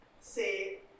say